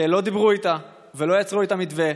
שלא דיברו איתה ולא יצרו את המתווה.